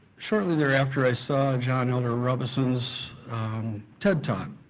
shortly thereafter, i saw john elder robison's ted talk,